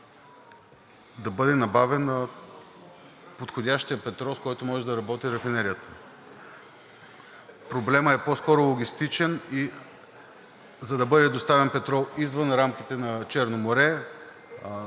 Черно море да бъде набавен подходящият петрол, с който може да работи рафинерията. Проблемът е по-скоро логистичен и за да бъде доставен петрол извън рамките на Черно море,